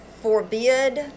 forbid